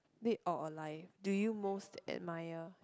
dead or alive do you most admire